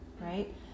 right